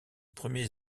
premiers